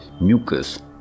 mucus